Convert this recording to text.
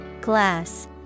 Glass